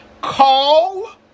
call